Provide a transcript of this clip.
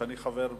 ואני חבר בה,